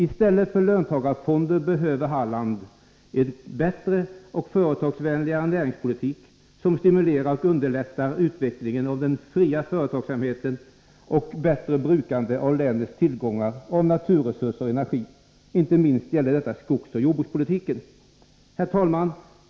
I stället för löntagarfonder behöver Halland en bättre och företagsvänligare näringspolitik, som stimulerar och underlättar utvecklingen av den fria företagsamheten och ett bättre brukande av länets tillgångar av naturresurser och energi. Inte minst gäller detta skogsoch jordbrukspolitiken. Herr talman!